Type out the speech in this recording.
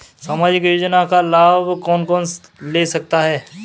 सामाजिक योजना का लाभ कौन कौन ले सकता है?